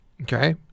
Okay